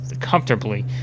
comfortably